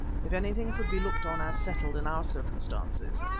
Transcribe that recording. if anything could be looked on as settled in our circumstances.